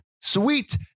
Sweet